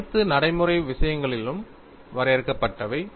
அனைத்து நடைமுறை வடிவவியல்களும் வரையறுக்கப்பட்டவை